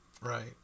Right